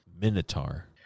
minotaur